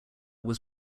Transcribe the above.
was